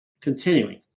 Continuing